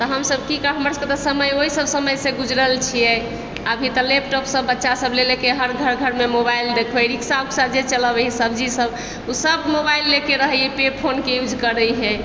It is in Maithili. तऽ हमसब की हमर सबके समय तऽ ओहि सब समयसँ गुजरल छियैक अभी तऽ लैपटॉपसँ बच्चा सब लेल हर घर घरमे मोबाइल देखबै रिक्शा उक्सा जे चलबैै हय सब्जी सब ओ सब मोबाइल लएकेँ रहैए पे फोनकेँ यूज करैए